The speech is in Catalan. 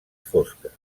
fosques